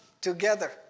together